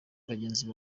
bagenzi